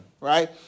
right